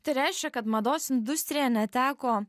tai reiškia kad mados industrija neteko